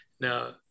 Now